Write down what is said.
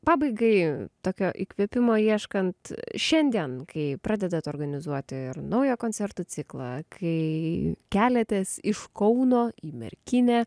pabaigai tokio įkvėpimo ieškant šiandien kai pradedat organizuoti ir naują koncertų ciklą kai keliatės iš kauno į merkinę